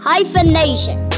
Hyphenation